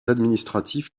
administratives